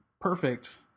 perfect